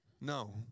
No